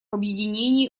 объединении